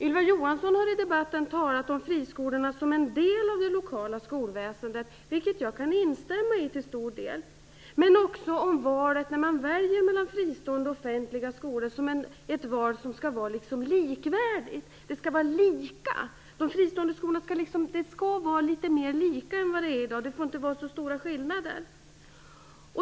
Ylva Johansson har i debatten talat om friskolorna som en del av det lokala skolväsendet, vilket jag till stor del kan instämma i. Hon har också talat om det val som man gör när man väljer mellan fristående och offentliga skolor som ett val som skall vara likvärdigt. De fristående skolorna skall vara litet mer lika de offentliga. Det får inte vara så stora skillnader.